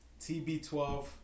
TB12